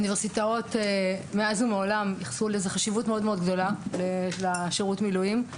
אוניברסיטאות מאז ומעולם ייחסו חשיבות גדולה מאוד לשירות המילואים.